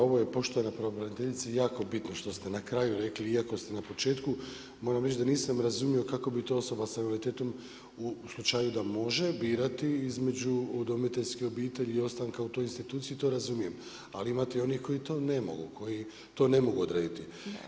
Ovo je poštovana pravobraniteljice, jako bitno što ste na kraju rekli iako ste na početku, moram reći da nisam razumio kako bi to osoba sa invaliditetom u slučaju da može birati između udomiteljske obitelji i ostanka u toj instituciji, to razumijem, ali imate onih koji to ne mogu, koji to ne mogu odrediti.